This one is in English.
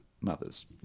mother's